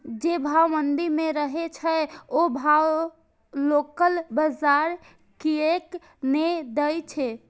जे भाव मंडी में रहे छै ओ भाव लोकल बजार कीयेक ने दै छै?